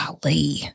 golly